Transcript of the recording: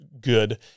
good